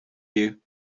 you